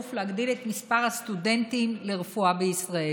להגדיל את מספר הסטודנטים לרפואה בישראל.